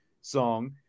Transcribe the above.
song